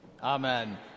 amen